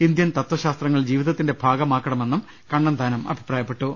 Indian തത്വശാസ്ത്രങ്ങൾ ജീവിതത്തിന്റെ ഭാഗമാക്കണമെന്നും കണ്ണന്താനം അഭിപ്രായപ്പെട്ടു